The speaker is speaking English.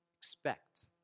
Expect